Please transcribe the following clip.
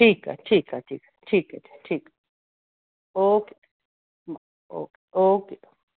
ठीकु आहे ठीकु आहे ठीकु आहे ठीकु आहे ठीकु ओके म ओ ओके